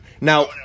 now